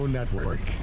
Network